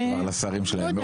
לשרים שלהם,